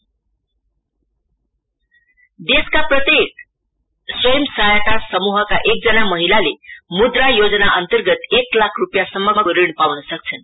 budget highlight देशका प्रत्येक स्वयं सहायता समूहका एकजना महिलाले मुद्रा योजना अन्तर्गत ए लाख रूपियाँसम्मको ऋण पाउन सक्छन्